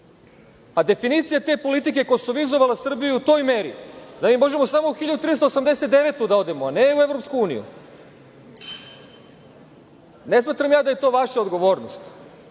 a definicija te politike je kosovizovala Srbiju u toj meri da mi možemo samo u 1389. da odemo, a ne u EU. Ne smatram da je to vaša odgovornost